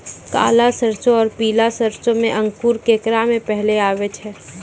काला सरसो और पीला सरसो मे अंकुर केकरा मे पहले आबै छै?